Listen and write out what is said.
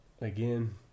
again